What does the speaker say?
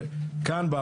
כאן,